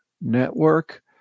network